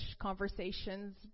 conversations